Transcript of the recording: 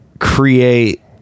create